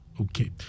Okay